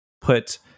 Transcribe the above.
put